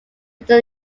within